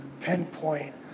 pinpoint